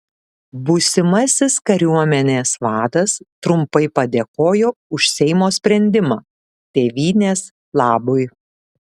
būsimasis kariuomenės vadas trumpai padėkojo už seimo sprendimą tėvynės labui